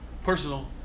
Personal